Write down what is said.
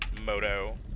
Moto